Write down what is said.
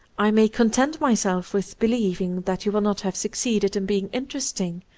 i may content myself with believing that you will not have succeeded in being interesting,